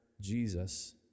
Jesus